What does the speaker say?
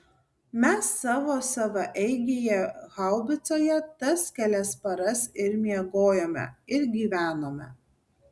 mes savo savaeigėje haubicoje tas kelias paras ir miegojome ir gyvenome